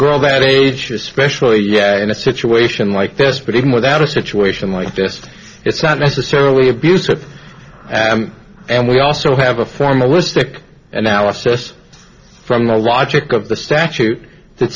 girl that age especially yeah in a situation like this but even without a situation like this it's not necessarily abusive and we also have a formalistic analysis from the logic of the statute that